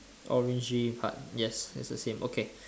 orangey part yes it's the same okay